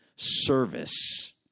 Service